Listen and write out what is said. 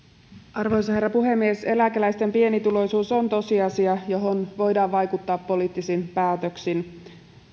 arvoisa herra puhemies eläkeläisten pienituloisuus on tosiasia johon voidaan vaikuttaa poliittisin päätöksin